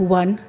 one